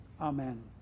Amen